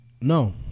no